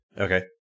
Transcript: Okay